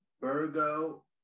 Virgo